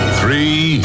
three